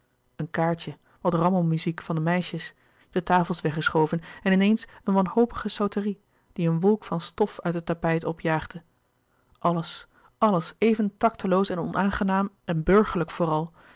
een kaartje wat rammelmuziek van de meisjes de tafels weggeschoven en in eens een wanhopige sauterie die een wolk van stof uit het tapijt opjaagde alles alles even tacteloos en onaangenaam en burgerlijk vooral